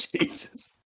Jesus